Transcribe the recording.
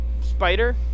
spider